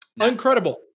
Incredible